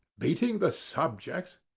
beating the subjects!